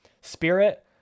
Spirit